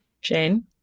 Shane